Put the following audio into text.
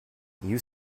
you